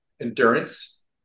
endurance